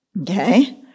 Okay